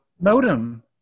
Modem